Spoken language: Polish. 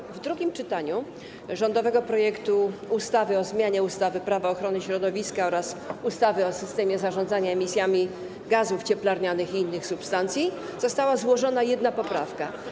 W czasie drugiego czytania rządowego projektu ustawy o zmianie ustawy - Prawo ochrony środowiska oraz ustawy o systemie zarządzania emisjami gazów cieplarnianych i innych substancji została złożona jedna poprawka.